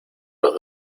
los